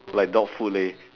like dog food leh